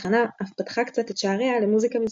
התחנה אף פתחה קצת את שעריה למוזיקה מזרחית.